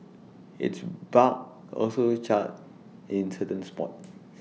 its bark also charred in certain spots